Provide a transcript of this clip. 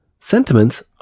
Sentiments